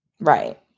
Right